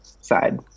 side